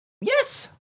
Yes